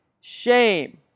shame